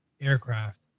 aircraft